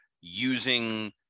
using